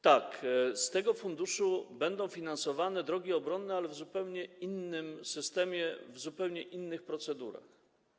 Tak, z tego funduszu będą finansowane drogi obronne, ale w zupełnie innym systemie, w zupełnie innych procedurach.